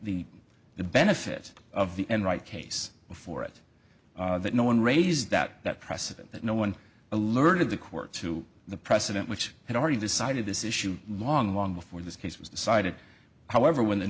the benefit of the and right case before it that no one raised that that precedent that no one alerted the court to the precedent which had already decided this issue long long before this case was decided however when the